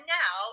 now